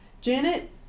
Janet